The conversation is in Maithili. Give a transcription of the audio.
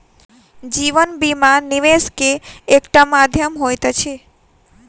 जीवन बीमा, निवेश के एकटा माध्यम होइत अछि